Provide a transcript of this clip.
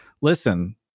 listen